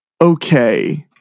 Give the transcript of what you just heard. Okay